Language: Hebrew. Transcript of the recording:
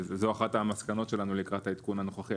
זו אחת המסקנות שלנו לקראת העדכון הנוכחי.